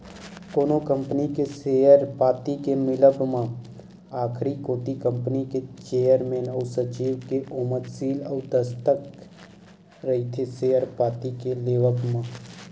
कोनो कंपनी के सेयर पाती के मिलब म आखरी कोती कंपनी के चेयरमेन अउ सचिव के ओमा सील अउ दस्कत रहिथे सेयर पाती के लेवब म